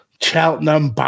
Cheltenham